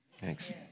Thanks